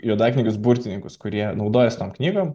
juodaknygius burtininkus kurie naudojasi tom knygom